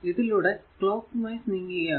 ഇതിലൂടെ clockwise നീങ്ങുകയാണ്